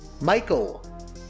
Michael